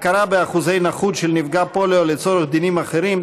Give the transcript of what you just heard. הכרה באחוזי נכות של נפגע פוליו לצורך דינים אחרים),